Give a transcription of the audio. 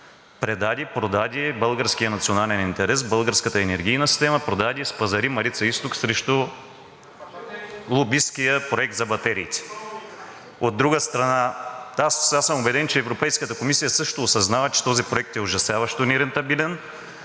предаде, продаде българския национален интерес, българската енергийна система. Продаде, спазари „Марица изток“ срещу лобисткия проект за батериите. От друга страна, аз съм убеден, че Европейската комисия също осъзнава, че този проект е ужасяващо нерентабилен,